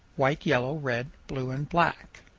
white, yellow, red, blue, and black.